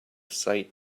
sight